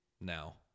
Now